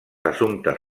assumptes